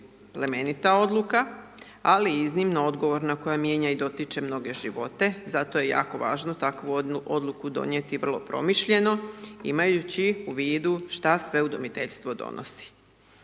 plemenita odluka, ali iznimno odgovorna koja mijenja i dotiče mnoge živote, zato je jako važno takvu odluku donijeti vrlo promišljeno imajući u vidu šta sve udomiteljstvo donosi.